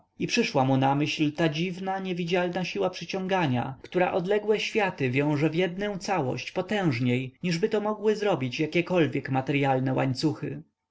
i przyszła mu na myśl ta dziwna niewidzialna siła przyciągania która odległe światy wiąże w jednę całość potężniej niżby to mogły zrobić jakiekolwiek materyalne łańcuchy